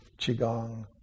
Qigong